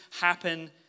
happen